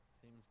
Seems